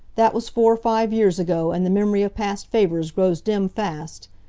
that was four or five years ago, and the mem'ry of past favors grows dim fast.